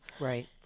Right